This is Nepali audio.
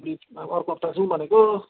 अर्को हप्ता जाउँ भनेको